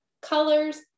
colors